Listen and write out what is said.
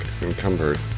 encumbered